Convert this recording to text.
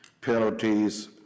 penalties